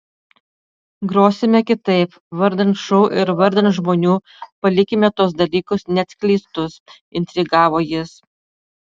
grosime kitaip vardan šou ir vardan žmonių palikime tuos dalykus neatskleistus intrigavo jis